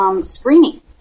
screening